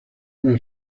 una